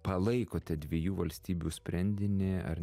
palaikote dviejų valstybių sprendinį ar